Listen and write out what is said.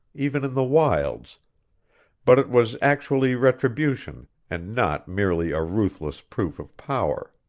even in the wilds but it was actually retribution, and not merely a ruthless proof of power.